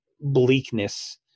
bleakness